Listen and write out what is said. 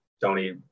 Tony